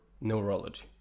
neurology